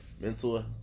Mental